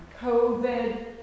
COVID